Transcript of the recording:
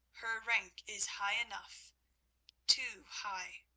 her rank is high enough too high,